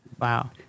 Wow